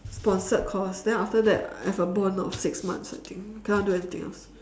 sponsored course then after that I have a bond of six months I think cannot do anything else